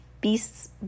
beasts